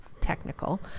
technical